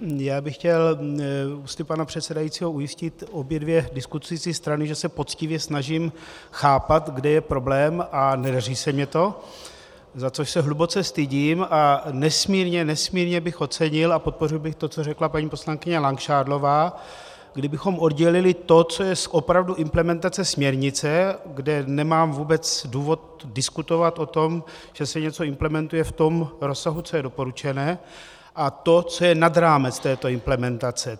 Já bych chtěl ústy pana předsedajícího ujistit obě dvě diskutující strany, že se poctivě snažím chápat, kde je problém, a nedaří se mi to, za což se hluboce stydím, a nesmírně, nesmírně bych ocenil a podpořil bych to, co řekla paní poslankyně Langšádlová, kdybychom oddělili to, co je opravdu implementace směrnice, kde nemám vůbec důvod diskutovat o tom, že se něco implementuje v tom rozsahu, co je doporučené, a to, co je nad rámec této implementace.